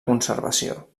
conservació